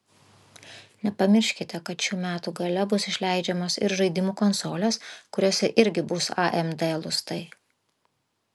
nepamirškite kad šių metų gale bus išleidžiamos ir žaidimų konsolės kuriose irgi bus amd lustai